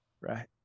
Right